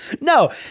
No